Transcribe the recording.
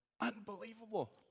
Unbelievable